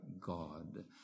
God